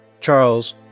Charles